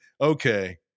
okay